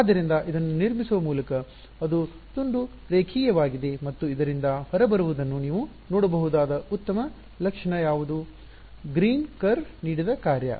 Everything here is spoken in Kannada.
ಆದ್ದರಿಂದ ಇದನ್ನು ನಿರ್ಮಿಸುವ ಮೂಲಕ ಅದು ತುಂಡು ರೇಖೀಯವಾಗಿದೆ ಮತ್ತು ಇದರಿಂದ ಹೊರಬರುವುದನ್ನು ನೀವು ನೋಡಬಹುದಾದ ಉತ್ತಮ ಲಕ್ಷಣ ಯಾವುದು ಗ್ರೀನ್ ಕರ್ವ್ ನೀಡಿದ ಕಾರ್ಯ